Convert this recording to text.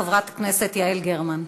חברת הכנסת יעל גרמן.